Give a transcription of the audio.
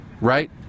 right